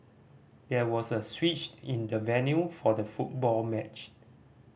there was a switch in the venue for the football matched